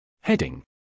Heading